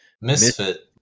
Misfit